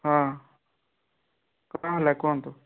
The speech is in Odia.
ହଁ କ'ଣ ହେଲା କୁହନ୍ତୁ